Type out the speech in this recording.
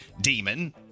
demon